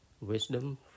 Wisdom